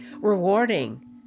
rewarding